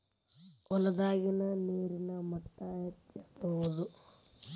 ಹೊಲದಾಗಿನ ನೇರಿನ ಮಟ್ಟಾ ಹೆಚ್ಚಿಸುವದು